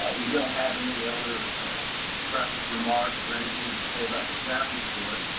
we don't have any other practice remarks or anything to say about the staff report.